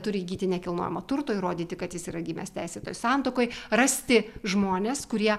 turi įgyti nekilnojamo turto įrodyti kad jis yra gimęs teisėtoj santuokoj rasti žmones kurie